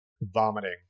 vomiting